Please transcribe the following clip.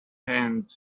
hand